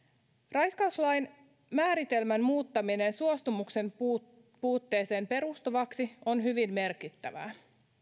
raiskauslain määritelmän muuttaminen suostumuksen puutteeseen perustuvaksi on hyvin merkittävä